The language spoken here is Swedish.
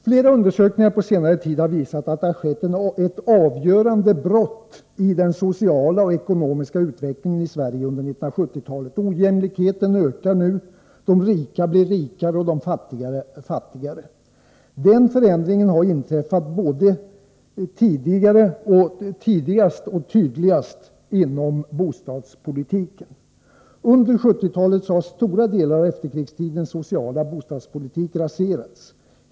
Flera undersökningar på senare tid har visat att det har skett ett avgörande brott i den sociala och ekonomiska utvecklingen i Sverige under 1970-talet. Ojämlikheten ökar nu. De rika blir rikare och de fattiga blir fattigare. Denna förändring har inträffat både tidigast och tydligast inom bostadspolitiken. Under 1970-talet har stora delar av efterkrigstidens sociala bostadspolitik raserats.